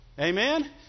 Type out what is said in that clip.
amen